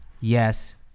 yes